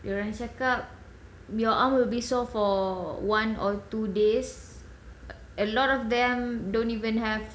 dia orang cakap your arm will be soft for one or two days a lot of them don't even have